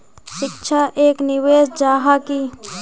शिक्षा एक निवेश जाहा की?